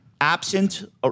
Absent